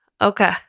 Okay